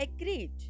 agreed